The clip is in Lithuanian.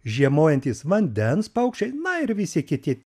žiemojantys vandens paukščiai na ir visi kiti